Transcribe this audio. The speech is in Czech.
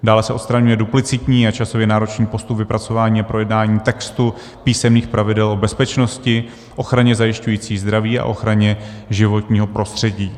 Dále se odstraňuje duplicitní a časově náročný postup vypracování a projednání textu, písemných pravidel o bezpečnosti, ochraně zajišťující zdraví a ochraně životního prostředí.